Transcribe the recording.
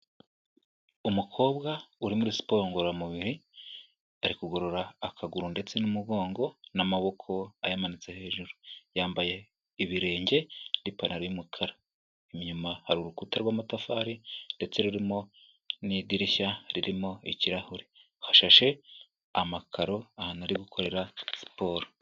Umukobwa uri muri siporo ngororamubiri, ari kugorora akaguru ndetse n'umugongo n'amaboko ayamanitse hejuru. Yambaye ibirenge n'ipantaro y'umukara. Inyuma hari urukuta rw'amatafari ndetse rurimo n'idirishya ririmo ikirahure. Hashashe amakaro ahantu ari gukorera siporo.